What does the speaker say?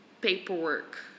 paperwork